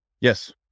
Yes